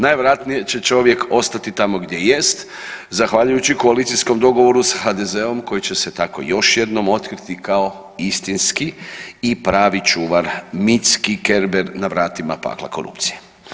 Najvjerojatnije će čovjek ostati tamo gdje jest zahvaljujući koalicijskom dogovoru sa HDZ-om koji će se tako još jednom otkriti kao istinski i pravi čuvar mitski Kerber na vratima pakla korupcije.